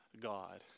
God